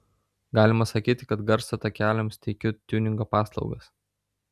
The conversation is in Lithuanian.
galima sakyti kad garso takeliams teikiu tiuningo paslaugas